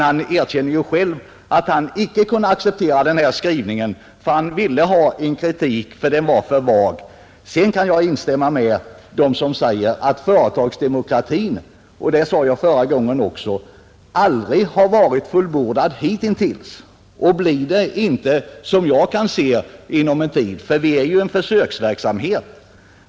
Han erkänner själv att han inte kunde acceptera skrivningen; han ville ha en kritik mot den eftersom han ansåg den alltför vag. Jag kan, som jag redan sagt, instämma med dem som säger att företagsdemokratin ännu inte är fullkomlig. Som jag ser det blir den inte heller det ännu på en tid. Det är en försöksverksamhet.